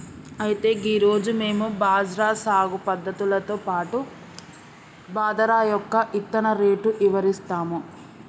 అయితే గీ రోజు మేము బజ్రా సాగు పద్ధతులతో పాటు బాదరా యొక్క ఇత్తన రేటు ఇవరిస్తాము